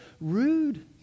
rude